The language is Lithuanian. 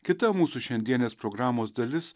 kita mūsų šiandienės programos dalis